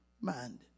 minded